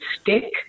stick